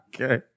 Okay